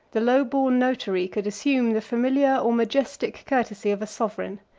the low born notary could assume the familiar or majestic courtesy of a sovereign.